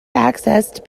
accessed